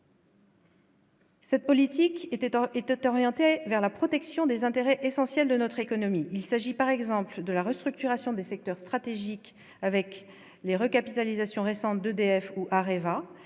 Cette politique était était orientée vers la protection des intérêts essentiels de notre économie, il s'agit par exemple de la restructuration des secteurs stratégiques avec les recapitalisations récentes d'EDF ou Areva,